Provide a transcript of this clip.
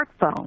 smartphone